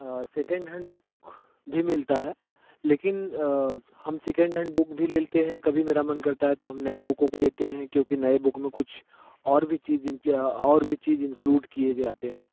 second hand book भी मिलता है लेकिन हम सेकंड हैंड बुक भी लेते हैं कभी मेरा मन करता है तो हम नए बुकों को लेते हैं क्योंकि नए बुक में कुछ और भी चीज़ और भी चीज़ इंक्लूड किए जाते हैं